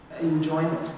enjoyment